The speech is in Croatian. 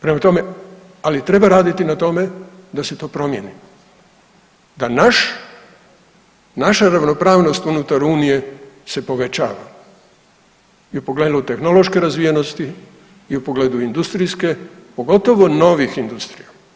Prema tome, ali treba raditi na tome da se to promijeni da naš, naša ravnopravnost unutar unije se povećava i u pogledu tehnološke razvijenosti i u pogledu industrijske, pogotovo novih industrija.